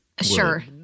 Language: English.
Sure